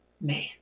man